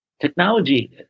technology